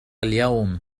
اليوم